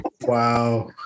wow